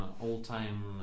all-time